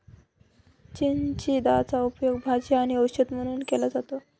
चिचिंदाचा उपयोग भाजी आणि औषध म्हणून केला जातो